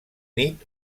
nit